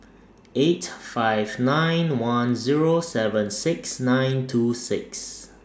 eight five nine one Zero seven six nine two six